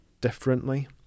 differently